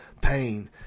pain